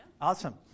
Awesome